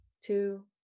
two